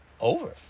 over